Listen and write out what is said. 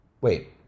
Wait